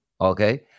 okay